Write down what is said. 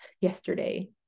yesterday